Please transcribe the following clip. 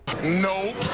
Nope